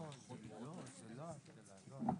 שיקבע שר הביטחון